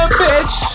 bitch